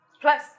Plus